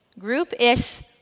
groupish